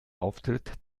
auftritt